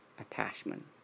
attachment